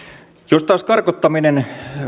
jos taas karkottaminen